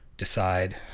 Decide